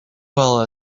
well